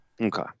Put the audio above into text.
Okay